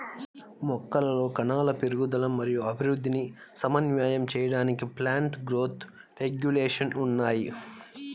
మొక్కలలో కణాల పెరుగుదల మరియు అభివృద్ధిని సమన్వయం చేయడానికి ప్లాంట్ గ్రోత్ రెగ్యులేషన్స్ ఉన్నాయి